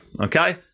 okay